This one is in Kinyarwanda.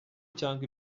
cyangwa